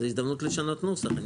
כי זה הזדמנות לשנות את הנוסח.